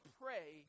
pray